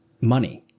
money